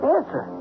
Answer